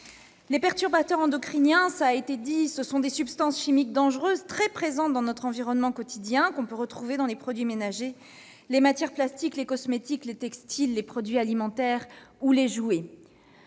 Les perturbateurs endocriniens sont des substances chimiques dangereuses, très présentes dans notre environnement quotidien. On peut les retrouver dans les produits ménagers, les matières plastiques, les cosmétiques, les textiles, les produits alimentaires ou les jouets.